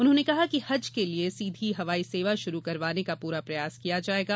उन्होंने कहा कि हज के लिये सीधी हवाई सेवा शुरू करवाने का पूरा प्रयास किया जायेगा